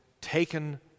taken